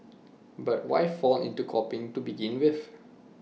but why fall into copying to begin with